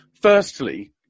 Firstly